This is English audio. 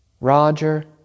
Roger